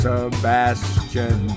Sebastian